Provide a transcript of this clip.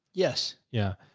yes. yeah.